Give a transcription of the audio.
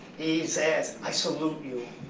he says, i salute you.